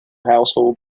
household